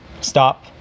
stop